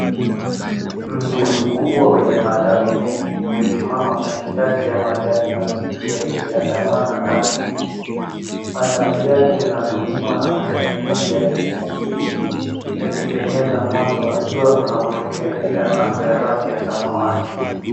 Mti mkubwa wenye matawi mengi umesimama katikati ya majani mabichi yaliyochagamana ardhini. Matawi yake yanafunikwa na majani mengi ya kijani kibichi yakipenyeza mwanga wa jua unaotokea juu ya anga ya rangi ya samawati.